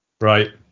Right